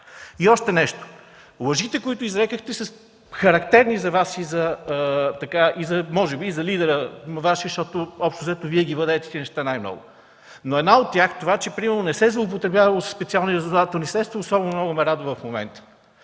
И още нещо – лъжите, които изрекохте, са характерни за Вас, може би и за Вашия лидер, защото общо взето Вие ги владеете тези неща най-много. Но една от тях – това, че, примерно, не се злоупотребявало със специални разузнавателни средства, особено много ме радва в момента.